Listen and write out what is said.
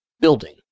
Building